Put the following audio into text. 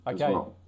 Okay